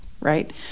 right